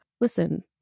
listen